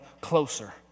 Closer